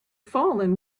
fallen